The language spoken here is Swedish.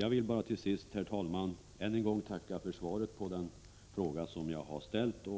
Jag vill bara till sist, herr talman, än en gång tacka för svaret på den fråga jag har ställt.